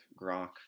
grok